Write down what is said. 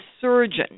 surgeon